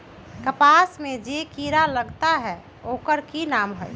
कपास में जे किरा लागत है ओकर कि नाम है?